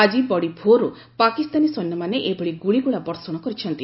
ଆକି ବଡ଼ିଭୋରୁ ପାକିସ୍ତାନୀ ସୈନ୍ୟମାନେ ଏଭଳି ଗୁଳିଗୋଳା ବର୍ଷଣ କରିଛନ୍ତି